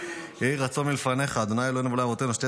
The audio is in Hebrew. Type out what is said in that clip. "יהי רצון מלפניך ה' אלהינו ואלהי אבותינו שתהא